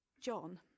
John